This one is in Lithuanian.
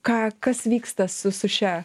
ką kas vyksta su su šia